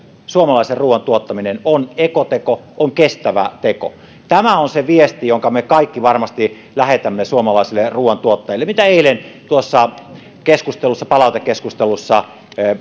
suomalaisen ruuan tuottaminen on ekoteko kestävä teko tämä on se viesti jonka me kaikki varmasti lähetämme suomalaisille ruuantuottajille se mitä eilen tuossa budjetin palautekeskustelussa